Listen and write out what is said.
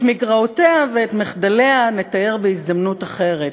את מגרעותיה ואת מחדליה נתאר בהזדמנות אחרת,